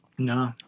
no